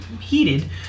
heated